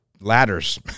ladders